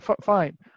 fine